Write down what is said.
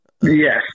Yes